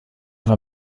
war